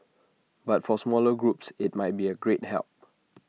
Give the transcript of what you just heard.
but for the smaller groups IT might be A great help